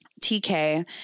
TK